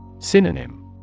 Synonym